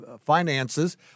finances